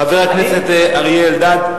הכסף אני